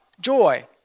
joy